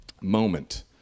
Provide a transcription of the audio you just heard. moment